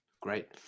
great